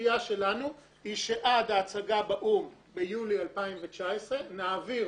הציפייה שלנו היא שעד ההצגה באו"ם ביולי 2019 נעביר